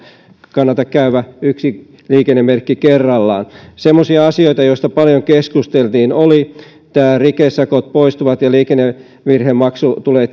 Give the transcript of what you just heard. kannata käydä läpi yksi liikennemerkki kerrallaan semmoisia asioita joista paljon keskusteltiin oli tämä että rikesakot poistuvat ja liikennevirhemaksu tulee